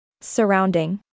Surrounding